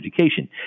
education